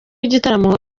igitaramo